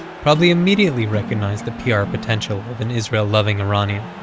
probably immediately recognized the pr potential of an israel-loving iranian.